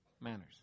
manners